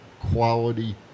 quality